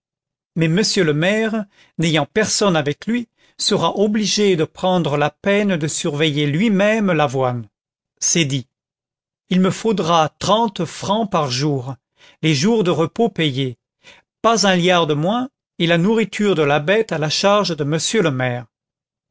mais monsieur le maire n'ayant personne avec lui sera obligé de prendre la peine de surveiller lui-même l'avoine c'est dit il me faudra trente francs par jour les jours de repos payés pas un liard de moins et la nourriture de la bête à la charge de monsieur le maire